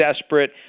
desperate